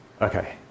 Okay